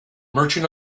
merchant